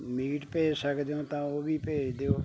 meat ਭੇਜ ਸਕਦੇ ਹੋ ਤਾਂ ਉਹ ਵੀ ਭੇਜ ਦਿਓ